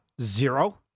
Zero